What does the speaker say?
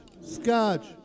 Scotch